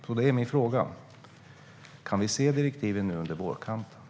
Min fråga är alltså: Kan vi få se direktiven under vårkanten?